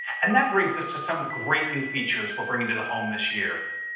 and that brings us to some great new features we're bringing to the home this year.